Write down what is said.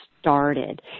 started